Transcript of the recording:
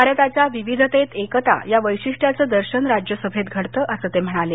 भारताच्या विविधतेत केता या वैशिष्ठयाचं दर्शन राज्यसभेत घडतं असं ते म्हणाले